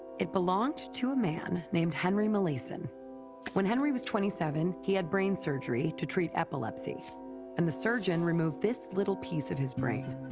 it belonged to a man named henry molaison when henry was twenty seven, he had brain surgery to treat epilepsy and the surgeon removed this little piece of his brain.